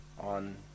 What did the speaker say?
on